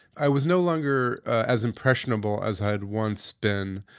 i was no longer as impressionable as i had once been.